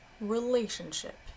relationship